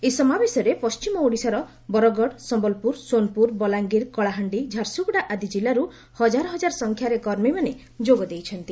ଏହି ସମାବେଶରେ ପଛିମଓଡ଼ିଶାର ବରଗଡ଼ ସମ୍ମଲପୁର ସୋନପୁର ବଲାଙ୍ଗୀର କଳାହାଣ୍ଡି ଝାରସୁଗୁଡ଼ା ଆଦି ଜିଲ୍ଲାରୁ ହଜାର ସଂଖ୍ୟାରେ କର୍ମୀମାନେ ଯୋଗ ଦେଇଛନ୍ତି